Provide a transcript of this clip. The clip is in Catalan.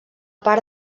part